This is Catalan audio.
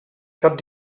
cap